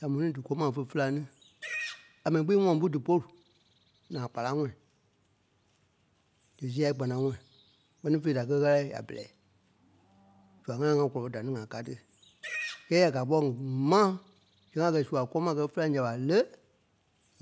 Samu ni dí kɔ́ɔ ma fé féla ní. A mɛnɛɛ kpîŋ í ŋɔŋ pú dí pôlu, naa kpanaŋɔɔi dí sîai kpanaŋɔɔi, kpɛ́ni fêi, da kɛ̀ ɣálai a bɛlɛ. Zua ŋai ŋá gɔ́lɔŋ da ni ŋa ká tí. Kɛ́ɛ ya gàa kpɔ́ maŋ zɛŋ a gɛ̀ sua kɔ́ɔ ma kɛ́ félai ǹya ɓa lé?